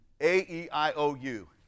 A-E-I-O-U